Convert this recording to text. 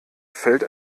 fällt